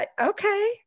okay